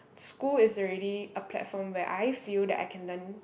school is already a platform where I feel that I can learn